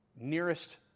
nearest